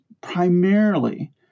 primarily